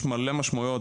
יש מלא משמעויות.